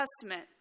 Testament